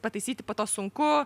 pataisyti po to sunku